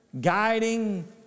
guiding